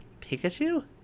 Pikachu